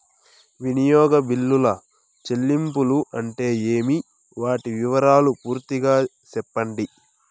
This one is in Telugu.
వినియోగ బిల్లుల చెల్లింపులు అంటే ఏమి? వాటి వివరాలు పూర్తిగా సెప్పండి?